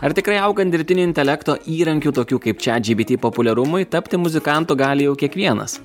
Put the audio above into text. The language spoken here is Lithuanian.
ar tikrai augant dirbtinio intelekto įrankių tokių kaip čiat gpt populiarumui tapti muzikantu gali jau kiekvienas